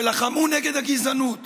שלחמו נגד הגזענות